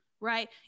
right